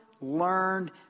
learned